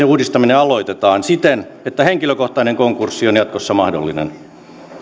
uudistaminen aloitetaan siten että henkilökohtainen konkurssi on jatkossa mahdollinen